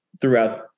throughout